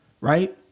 right